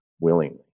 willingly